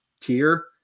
tier